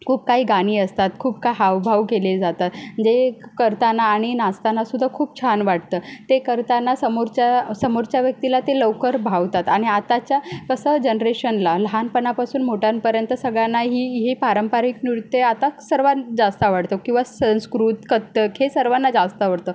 खूप काही गाणी असतात खूप का हावभाव केले जातात जे करताना आणि नाचतानासुद्धा खूप छान वाटतं ते करताना समोरच्या समोरच्या व्यक्तीला ते लवकर भावतात आणि आताच्या कसं जनरेशनला लहानपणापासून मोठ्यांपर्यंत सगळ्यांनाही हे पारंपरिक नृत्य आता सर्वात जास्त आवडतं किंवा संस्कृत कथ्थक हे सर्वांना जास्त आवडतं